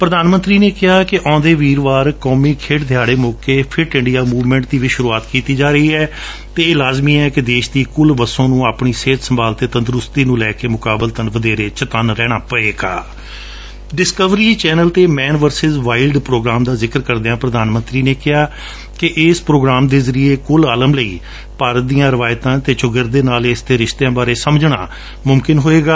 ਪੁਧਾਨ ਮੰਤਰੀ ਨੇ ਕਿਹਾ ਕਿ ਆਉਂਦੇ ਵੀਰਵਾਰ ਕੌਮੀ ਖੇਡ ਦਿਹਾੜੇ ਮੌਕੇ ਫਾਇਟ ਇੰਡੀਆ ਮੁਵਮੈਂਟ ਦੀ ਵੀ ਸੂਰੁਆਤ ਕੀਤੀ ਜਾ ਰਹੀ ਹੈ ਅਤੇ ਇਹ ਲਾਜ਼ਮੀ ਏ ਕਿ ਦੇਸ਼ ਦੀ ਕੁਲ ਵਸੋਂ ਨੂੰ ਆਪਣੀ ਸਿਹਤ ਸੰਭਾਲ ਅਤੇ ਡਿਸਕਵਰੀ ਚੈਨਲ ਤੇ ਮੈਨ ਵਰਸਿਜ਼ ਵਾਈਲਡ ਪ੍ਰੋਗਰਾਮ ਦਾ ਜ਼ਿਕਰ ਕਰਦਿਆਂ ਪ੍ਰਧਾਨ ਮੰਤਰੀ ਨੇ ਕਿਹਾ ਕਿ ਇਸ ਪ੍ਰੋਗਰਾਮ ਦੇ ਜ਼ਰੀਏ ਕੁਲ ਆਲਮ ਲਈ ਭਾਰਤ ਦੀਆਂ ਰਿਵਾਇਤਾਂ ਅਤੇ ਚੌਗਿਰਦੇ ਨਾਲ ਇਸ ਦੇ ਰਿਸ਼ਤਿਆਂ ਬਾਰੇ ਸਮਝਣਾ ਮੁਮਕਿਨ ਹੋਵੇਗਾ